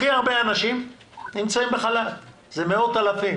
הכי הרבה אנשים נמצאים בחל"ת, זה מאות אלפים.